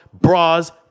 bras